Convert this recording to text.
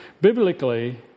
Biblically